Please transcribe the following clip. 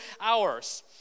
hours